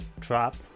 trap